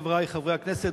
חברי חברי הכנסת,